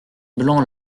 blancs